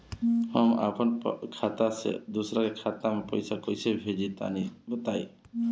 हम आपन खाता से दोसरा के खाता मे पईसा कइसे भेजि तनि बताईं?